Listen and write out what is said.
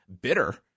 bitter